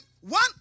One